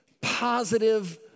positive